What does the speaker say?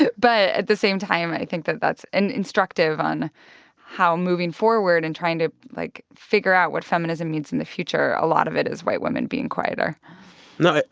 but at the same time, i think that that's an instructive on how moving forward and trying to, like, figure out what feminism means in the future, a lot of it is white women being quieter no,